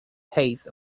height